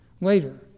later